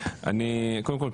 קודם כל,